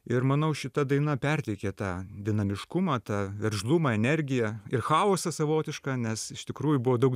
ir manau šita daina perteikė tą dinamiškumą tą veržlumą energiją ir chaosą savotišką nes iš tikrųjų buvo daug